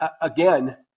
again